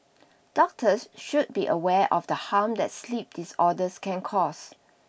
doctors should be aware of the harm that sleep disorders can cause